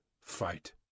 fight